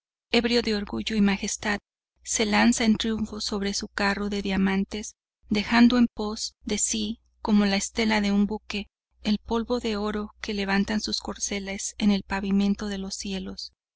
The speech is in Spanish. ebrio de orgullo y majestad se lanza en triunfo sobre su carro de diamantes dejando en pos de si como la estela de un buque el polvo de oro que levantan sus corceles en el pavimento de los cielos